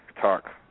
talk